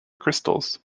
crystals